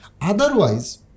Otherwise